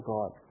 God